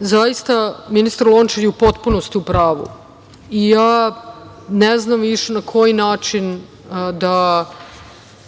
Zaista je ministar Lončar u potpunosti u pravu i ja ne znam više na koji način da